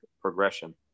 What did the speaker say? progression